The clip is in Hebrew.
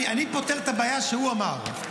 אני פותר את הבעיה שהוא אמר.